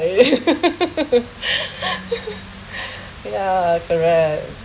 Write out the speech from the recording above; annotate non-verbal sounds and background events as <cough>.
<laughs> <breath> ya correct